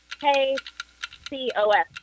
K-C-O-S